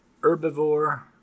herbivore